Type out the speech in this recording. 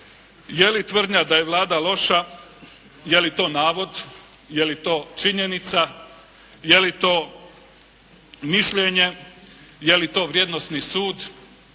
Je li tvrdnja da je Vlada loša, je li to navod? Je li to činjenica, je li to mišljenje, je li to vrijednosni sud,